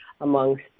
amongst